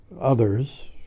others